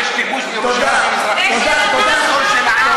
זה לא קשור לשיתוף